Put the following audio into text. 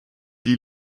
die